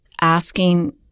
asking